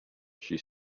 she